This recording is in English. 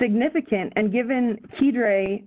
significant and given peter a